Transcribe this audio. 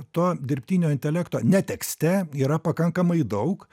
to dirbtinio intelekto ne tekste yra pakankamai daug